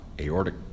aortic